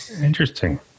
Interesting